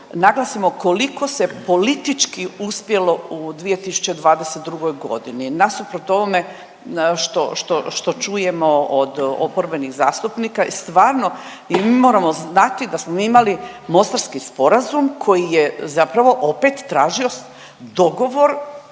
naglasimo koliko se politički uspjelo u 2022. godini nasuprot ovome što, što, što čujemo od oporbenih zastupnika. I stvarno i mi moramo znati da smo mi imali mostarski sporazum koji je zapravo opet tražio dogovor